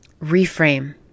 Reframe